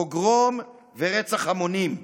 פוגרום ורצח המונים.